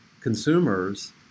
consumers